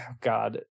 God